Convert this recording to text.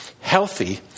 healthy